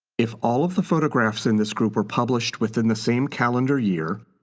if all of the photographs in this group were published within the same calendar year,